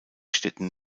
städten